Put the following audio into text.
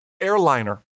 airliner